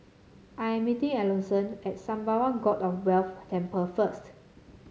I am meeting Alonso at Sembawang God of Wealth Temple first